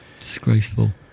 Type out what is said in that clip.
Disgraceful